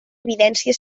evidència